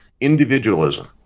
individualism